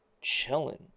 Chilling